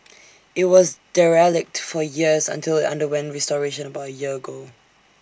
IT was derelict for years until IT underwent restoration about A year ago